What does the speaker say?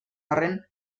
arren